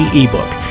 ebook